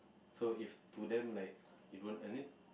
so if to them like you don't earn it